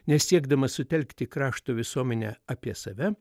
nes siekdamas sutelkti krašto visuomenę apie save